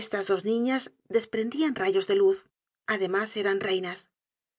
estas dos niñas desprendian rayos de luz además eran reinas